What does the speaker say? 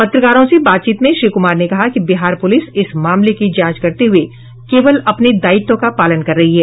पत्रकारों से बातचीत में श्री कुमार ने कहा कि बिहार पुलिस इस मामले की जांच करते हुए केवल अपने दायित्व का पालन कर रही है